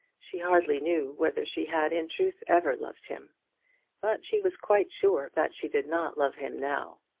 she hardly knew whether she had in truth ever loved him but she was quite sure that she did not love him now.